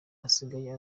asigaye